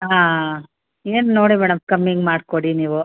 ಹಾಂ ಏನು ನೋಡಿ ಮೇಡಮ್ ಕಮ್ಮಿಗೆ ಮಾಡಿಕೊಡಿ ನೀವು